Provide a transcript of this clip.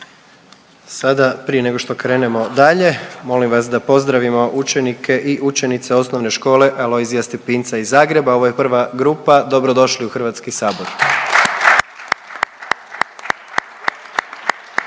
Sada prije nego što krenemo dalje molim vas da pozdravimo učenike i učenice OŠ „Alojzija Stepinca“ iz Zagreba, ovo je prva grupa. Dobrodošli u HS! …/Pljesak./….